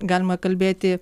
galima kalbėti